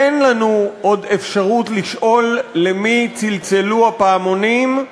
אין לנו עוד אפשרות לשאול, למי צלצלו הפעמונים,